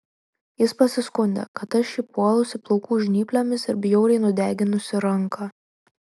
jis pasiskundė kad aš jį puolusi plaukų žnyplėmis ir bjauriai nudeginusi ranką